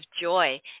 Joy